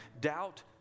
doubt